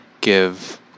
give